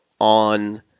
on